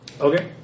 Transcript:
Okay